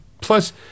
plus